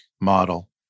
model